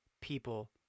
people